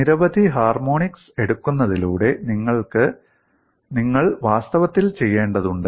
നിരവധി ഹാർമോണിക്സ് എടുക്കുന്നതിലൂടെ നിങ്ങൾ വാസ്തവത്തിൽ ചെയ്യേണ്ടതുണ്ട്